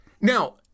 Now